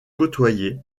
côtoyer